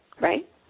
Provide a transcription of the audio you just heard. right